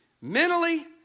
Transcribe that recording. mentally